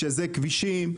שזה כבישים,